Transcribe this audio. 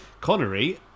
Connery